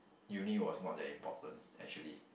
uni was not that important actually